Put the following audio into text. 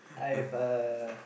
I've a